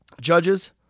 Judges